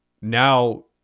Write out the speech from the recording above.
Now